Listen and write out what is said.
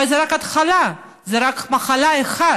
אבל זה רק התחלה, זו רק מחלה אחת,